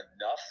enough